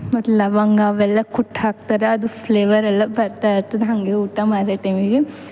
ಮತ್ತು ಲವಂಗ ಅವೆಲ್ಲ ಕುಟ್ಟಿ ಹಾಕ್ತಾರೆ ಅದು ಫ್ಲೆವರ್ ಎಲ್ಲ ಬರ್ತಾ ಇರ್ತದೆ ಹಂಗೆ ಊಟ ಮಾಡೋ ಟೈಮಿಗೆ